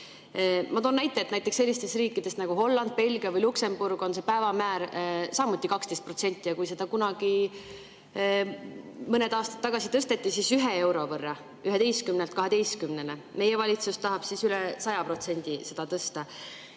Ma toon näite, et näiteks sellistes riikides nagu Holland, Belgia ja Luksemburg on see päevamäär samuti 12 [eurot] ja kui seda kunagi mõned aastad tagasi tõsteti, siis ühe euro võrra: 11‑lt 12‑le. Meie valitsus tahab üle 100% seda tõsta.